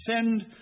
send